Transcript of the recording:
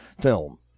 film